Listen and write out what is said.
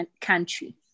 country